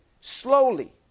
slowly